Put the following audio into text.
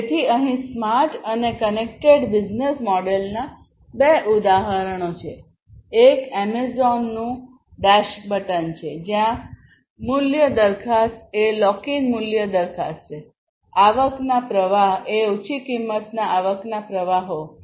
તેથી અહીં સ્માર્ટ અને કનેક્ટેડ બિઝનેસ મોડેલના બે ઉદાહરણો છેએક એમેઝોનનું ડેશ બટન છે જ્યાં મૂલ્ય દરખાસ્ત એ લોક ઇન મૂલ્ય દરખાસ્ત છે આવકના પ્રવાહ એ ઓછી કિંમતના આવકના પ્રવાહો છે